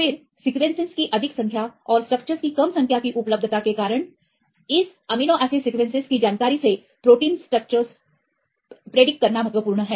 फिर सीक्वेंसेस की अधिक संख्या और स्ट्रक्चर्स की कम संख्या की उपलब्धता के कारण इस अमीनो एसिड सीक्वेंसेसकी जानकारी से प्रोटीन के स्ट्रक्चर्स की भविष्यवाणी करना महत्वपूर्ण है